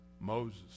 Moses